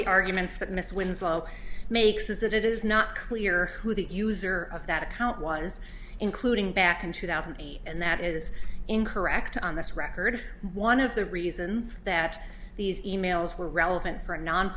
the arguments that miss winslow makes is that it is not clear who the user of that account was including back in two thousand and that is incorrect on this record one of the reasons that these e mails were relevant for a non